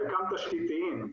חלקם תשתיתיים,